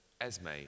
Esme